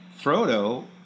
frodo